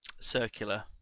circular